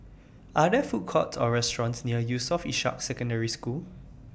Are There Food Courts Or restaurants near Yusof Ishak Secondary School